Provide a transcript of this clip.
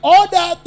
order